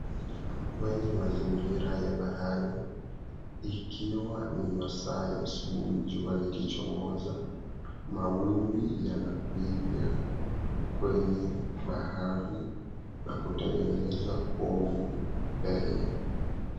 Kwenye mazingira ya bahari ikiwa ni masaa ya asubuhi jua likichomoza. Mawimbi yanapiga kwenye bahari na kutengeneza povu mbele.